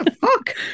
Fuck